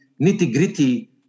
nitty-gritty